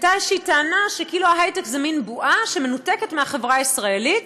הייתה איזו טענה שכאילו ההיי-טק הוא מין בועה שמנותקת מהחברה הישראלית,